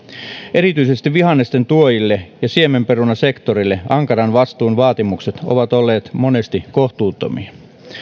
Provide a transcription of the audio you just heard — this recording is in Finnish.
erityisesti vihannesten tuojille ja siemenperunasektorille ankaran vastuun vaatimukset ovat olleet monesti kohtuuttomia